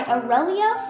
Aurelia